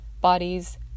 bodies